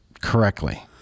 correctly